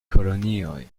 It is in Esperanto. kolonioj